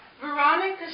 Veronica